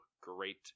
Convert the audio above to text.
great